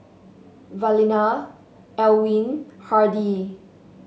Evalena Elwin Hardie